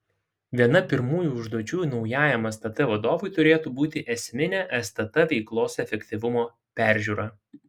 viena pirmųjų užduočių naujajam stt vadovui turėtų būti esminė stt veiklos efektyvumo peržiūra